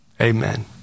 Amen